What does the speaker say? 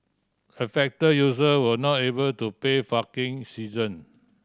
affected user were not able to pay session